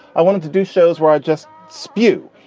i wanted to do shows where i'd just spew.